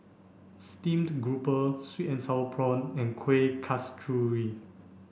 steamed grouper sweet and sour prawn and Kueh Kasturi